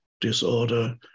disorder